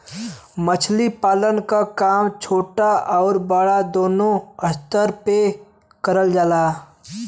मछली पालन क काम छोटा आउर बड़ा दूनो स्तर पे करल जाला